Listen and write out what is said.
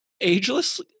ageless